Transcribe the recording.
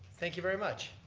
thank you very much.